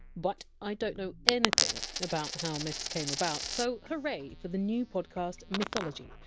but i don't know anything about how myths came about, so hooray for the new podcast mythology,